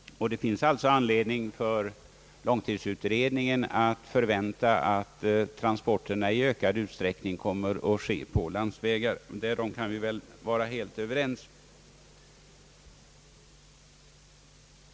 Det finns alltså anledning för långtidsutredningen att förvänta, att transporterna lån. Jag har svårt att förstå varifrån i ökad utsträckning kommer att ske på landsvägar — därom kan vi väl vara helt överens.